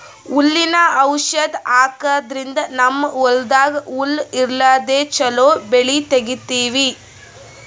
ಹುಲ್ಲಿನ್ ಔಷಧ್ ಹಾಕದ್ರಿಂದ್ ನಮ್ಮ್ ಹೊಲ್ದಾಗ್ ಹುಲ್ಲ್ ಇರ್ಲಾರ್ದೆ ಚೊಲೋ ಬೆಳಿ ತೆಗೀತೀವಿ